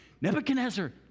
Nebuchadnezzar